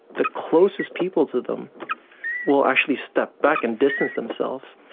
the closest people to them will actually step back and distance themselves.